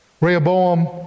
Rehoboam